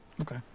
Okay